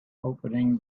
opening